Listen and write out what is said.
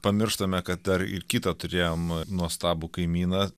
pamirštame kad dar ir kitą turėjom nuostabų kaimyną